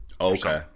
Okay